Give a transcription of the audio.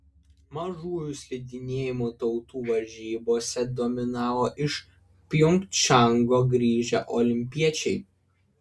mažųjų slidinėjimo tautų varžybose dominavo iš pjongčango grįžę olimpiečiai